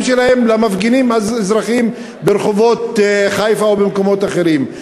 שלהם בין המפגינים האזרחיים ברחובות חיפה ובמקומות אחרים.